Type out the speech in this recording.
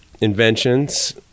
inventions